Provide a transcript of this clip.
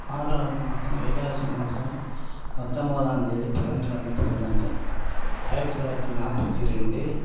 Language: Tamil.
ஆறாவது மாசம் வைகாசி மாசம் பத்தொம்போதாம் தேதி புதன்கெழமை பிறந்தவன்ங்க ஆயிரத்தி தொள்ளாயிரத்தி நாற்பத்தி ரெண்டு